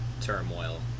turmoil